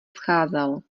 scházel